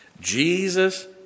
Jesus